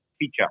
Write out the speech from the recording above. teacher